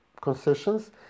concessions